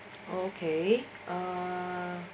okay um